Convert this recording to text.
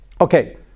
okay